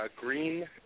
green